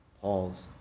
Paul's